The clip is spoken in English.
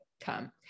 come